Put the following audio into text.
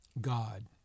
God